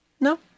No